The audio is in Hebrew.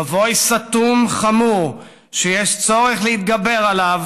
מבוי סתום חמור שיש צורך להתגבר עליו,